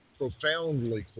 profoundly